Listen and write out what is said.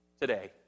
Today